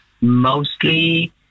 Mostly